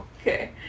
Okay